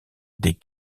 des